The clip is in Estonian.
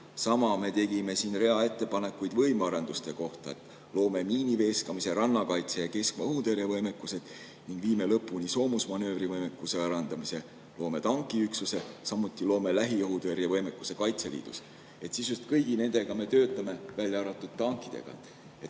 Me tegime rea ettepanekuid võimearenduste kohta, et loome miiniveeskamise, rannakaitse ja keskmaa-õhutõrje võimekuse ning viime lõpuni soomusmanöövrite võimekuse arendamise, loome tankiüksuse, samuti loome lähiõhutõrje võimekuse Kaitseliidus. Just kõigi nendega me töötame, välja arvatud tankidega.